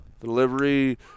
Delivery